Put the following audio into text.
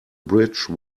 bridge